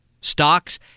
stocks